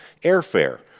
Airfare